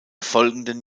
folgenden